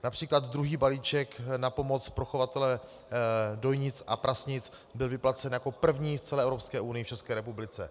Například druhý balíček na pomoc pro chovatele dojnic a prasnic byl vyplacen jako první v celé Evropské unii v České republice.